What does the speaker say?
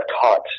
taught